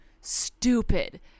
stupid